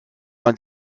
man